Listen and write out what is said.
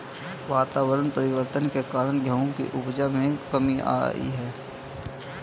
वातावरण परिवर्तन के कारण गेहूं की उपज में कमी आई है